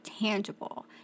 tangible